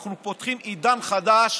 אנחנו פותחים עידן חדש